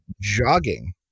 Jogging